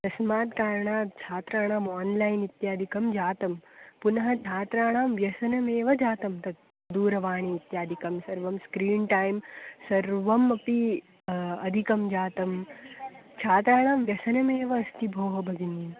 तस्मात् कारणात् छात्राणाम् आन्लैन् इत्यादिकं जातं पुनः छात्राणां व्यसनमेव जातं तत् दूरवाणी इत्यादिकं सर्वं स्क्रीन् टैं सर्वम् अपि अधिकं जातं छात्राणां व्यसनमेव अस्ति भोः भगिनी